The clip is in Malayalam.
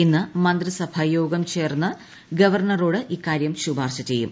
ഇന്ന് മന്ത്രിസഭാ യോഗം ചേർന്ന് ക്വർണറോട് ഇക്കാരൃം ശുപാർശ ചെയ്യും